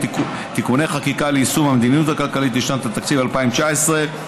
(תיקוני חקיקה ליישום המדיניות הכלכלית לשנת התקציב 2019),